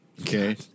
Okay